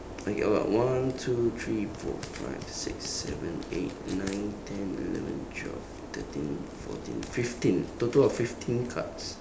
I got one two three four five six seven eight nine ten eleven twelve thirteen fourteen fifteen total of fifteen cards